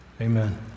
Amen